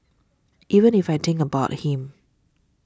even if I think about him